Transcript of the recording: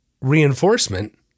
reinforcement